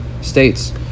states